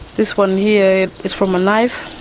this one here is from a knife.